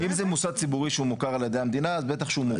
אם זה מוסד ציבורי שהוא מוכר על ידי המדינה אז בטח שהוא מוכר.